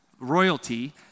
royalty